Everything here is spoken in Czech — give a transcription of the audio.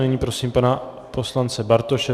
Nyní prosím pana poslance Bartoše.